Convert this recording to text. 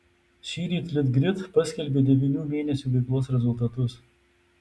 šįryt litgrid paskelbė devynių mėnesių veiklos rezultatus